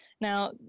Now